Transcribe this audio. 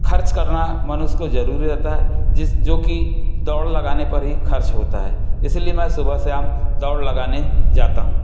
खर्च करना मनुष्य को जरूरी होता है जिस जोकि दौड़ लगाने पर ही खर्च होता है इसीलिए मैं सुबह शाम दौड़ लगाने जाता हूँ